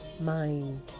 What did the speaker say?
mind